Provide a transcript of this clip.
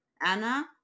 Anna